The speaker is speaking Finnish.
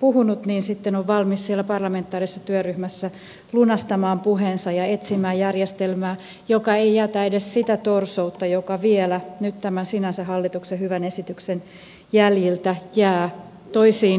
puhunut sitten on valmis siellä parlamentaarisessa työryhmässä lunastamaan puheensa ja etsimään järjestelmää joka ei jätä edes sitä torsoutta joka vielä nyt tämän sinänsä hyvän hallituksen esityksen jäljiltä jää toisiin osiin suomea